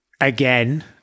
again